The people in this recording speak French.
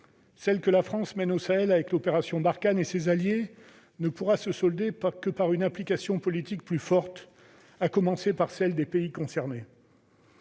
Celle que la France mène au Sahel dans le cadre de l'opération Barkhane avec ses alliés ne pourra se solder que par une implication politique plus forte, à commencer par celle des pays concernés.